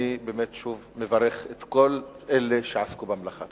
אני מברך שוב את כל אלה שעסקו במלאכה.